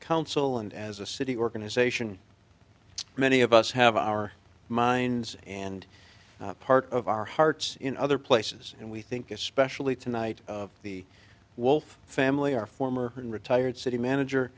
counsel and as a city organization many of us have our minds and part of our hearts in other places and we think especially tonight the wolf family our former retired city manager